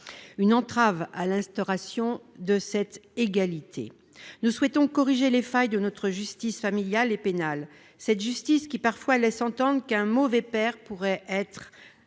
et à l'instauration de cette égalité. Nous souhaitons corriger les failles de notre justice familiale et pénale, cette justice qui laisse parfois entendre qu'un mauvais mari pourrait être